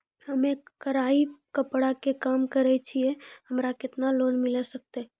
हम्मे कढ़ाई कपड़ा के काम करे छियै, हमरा केतना लोन मिले सकते?